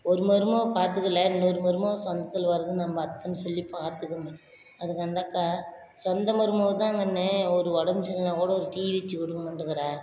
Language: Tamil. ஒரு மருமக பார்த்துக்கல இன்னொரு மருமக சொந்தத்தில் வருதுன்னு நம்ம அத்தைன்னு சொல்லி பார்த்துக்கும்பேன் அதுக்கு அந்த அக்கா சொந்த மருமக தான் கண்ணு ஒரு உடம்பு சரி இல்லைனா கூட ஒரு டீ வச்சி கொடுக்க மாட்டுங்கறா